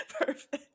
Perfect